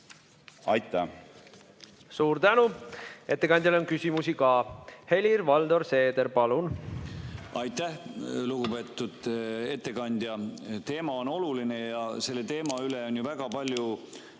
palun! Suur tänu! Ettekandjale on küsimusi ka. Helir-Valdor Seeder, palun! Aitäh, lugupeetud ettekandja! Teema on oluline ja selle teema üle on ju väga palju